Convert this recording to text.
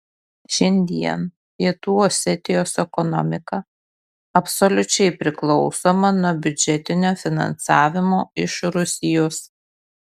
šiandien pietų osetijos ekonomika absoliučiai priklausoma nuo biudžetinio finansavimo iš rusijos